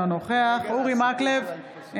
אינו נוכח אורי מקלב,